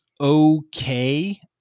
okay